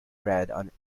bread